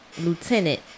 lieutenant